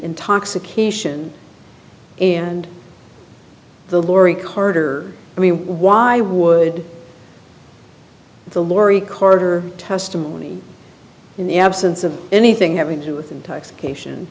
intoxication and the lori carter i mean why would the laurie corridor testimony in the absence of anything having to do with intoxication